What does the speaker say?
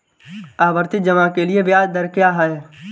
आवर्ती जमा के लिए ब्याज दर क्या है?